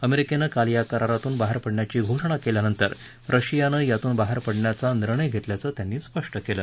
अमेरिकेनं काल या करारातून बाहेर पडण्याची घोषणा केल्यानंतर रशियानं यातून बाहेर पडण्याचं निर्णय घेतल्याचं त्यांनी स्पष्ट केलं